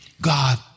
God